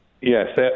Yes